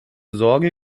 sorge